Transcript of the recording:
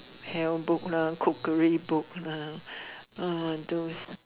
hell book lah cookery books lah ah those